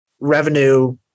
revenue